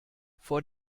vor